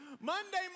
Monday